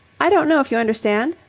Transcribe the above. i don't know if you understand?